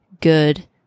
good